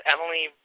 Emily